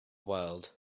world